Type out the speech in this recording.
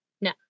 No